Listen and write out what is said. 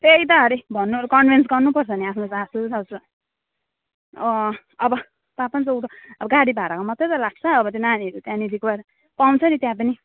त्यही त अरे भन्नु कन्भिन्स गर्नु पर्छ नि आफ्नो सासू ससुरा अँ अब पा पाँच सौ त अब गाडी भाडामा मात्रै त लाग्छ अब त्यो नानीहरू त्यहाँनिर गएर पाउँछ नि त्यहाँ पनि